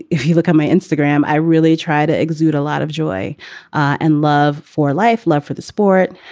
if you look at my instagram, i really try to exude a lot of joy and love for life, love for the sport,